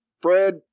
Fred